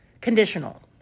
Conditional